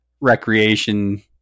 recreation